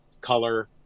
color